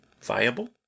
viable